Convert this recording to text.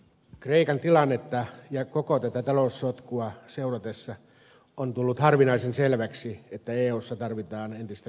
kreikan tilannetta ja koko tätä taloussotkua seuratessa on tullut harvinaisen selväksi että eussa tarvitaan entistä kurinalaisempaa talouspolitiikkaa